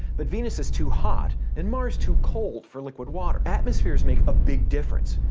but venus is too hot and mars too cold for liquid water. atmospheres make a big difference.